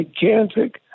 gigantic